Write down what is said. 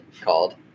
called